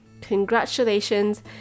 Congratulations